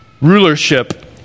Rulership